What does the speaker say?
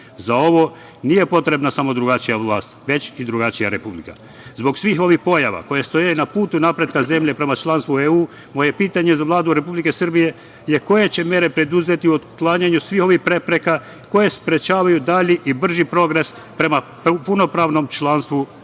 Za ovo nije potrebna samo drugačija vlast, već i drugačija republika. Zbog svih ovih pojava koje stoje na putu napretka zemlje prema članstvu EU, moje pitanje za Vladu Republike Srbije je koje će mere preduzeti u otklanjanju svih ovih prepreka koje sprečavaju dalji i brži progres prema punopravnom članstvu u